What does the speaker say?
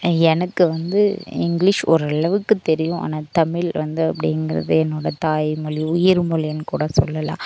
எனக்கு வந்து இங்கிலீஷ் ஓரளவுக்கு தெரியும் ஆனால் தமிழ் வந்து அப்படிங்குறது என்னோடய தாய் மொழி உயிர் மொழின்னு கூட சொல்லலாம்